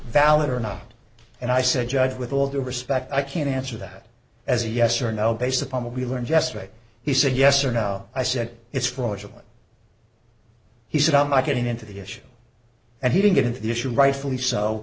valid or not and i said judge with all due respect i can't answer that as a yes or no based upon what we learned yesterday he said yes or no i said it's fraudulent he said i'm not getting into the issue and he didn't get into the issue rightfully so